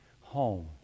home